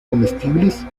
comestibles